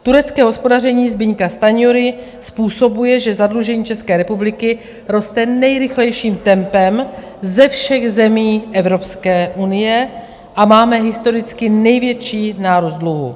Turecké hospodaření Zbyňka Stanjury způsobuje, že zadlužení České republiky roste nejrychlejším tempem ze všech zemí Evropské unie a máme historicky největší nárůst dluhu.